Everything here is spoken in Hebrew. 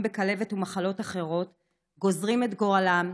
בכלבת ובמחלות אחרות גוזרים את גורלם,